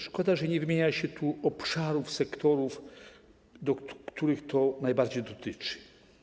Szkoda, że nie wymienia się tu obszarów, sektorów, których to najbardziej dotyczy.